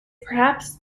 perhaps